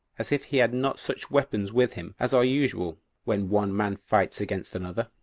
as if he had not such weapons with him as are usual when one man fights against another,